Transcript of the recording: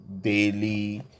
daily